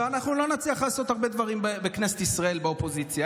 אנחנו לא נצליח לעשות הרבה דברים בכנסת ישראל באופוזיציה,